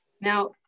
Now